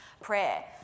prayer